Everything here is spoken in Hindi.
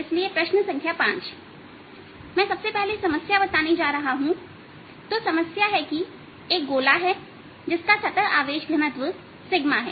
इसलिए प्रश्न संख्या 5 मैं सबसे पहले समस्या बताने जा रहा हूं तो समस्या है कि एक गोला है जिसका सतह आवेश घनत्व है